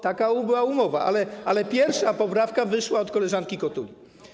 Taka była umowa, ale pierwsza poprawka wyszła od koleżanki Kotuli.